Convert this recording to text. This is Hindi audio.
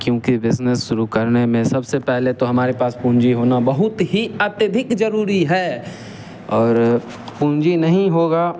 क्योंकि बिजनेस शुरू करने में सबसे पहले तो हमारे पास पूँजी होना बहुत ही अत्यधिक जरूरी है और पूँजी नहीं होगा